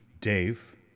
Dave